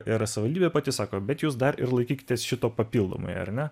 ir savivaldybė pati sako bet jūs dar ir laikykitės šito papildomai ar ne